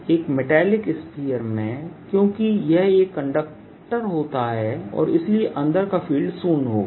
एक metallic sphere में क्योंकि वह एक कंडक्टर होता है और इसलिए अंदर का फील्ड शून्य होगा